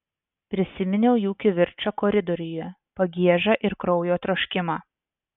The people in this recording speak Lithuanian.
prisiminiau jų kivirčą koridoriuje pagiežą ir kraujo troškimą